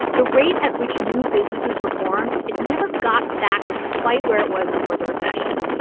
the rate at which new businesses were formed it never got back to quite where it was before the recession.